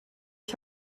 ich